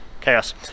chaos